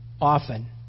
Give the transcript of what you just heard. often